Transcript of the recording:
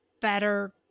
better